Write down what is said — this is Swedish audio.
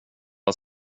har